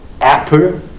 Apple